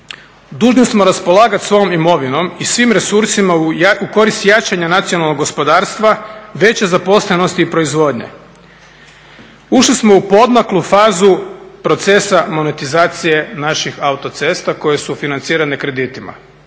Dužni smo raspolagati svom imovinom i svim resursima u korist jačanja nacionalnog gospodarstva, veće zaposlenosti i proizvodnje. Ušli smo u poodmaklu fazu procesa monetizacije naših autocesta koje su financirane kreditima